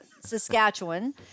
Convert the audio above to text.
Saskatchewan